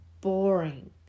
boring